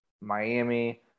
Miami